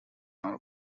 are